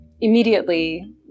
immediately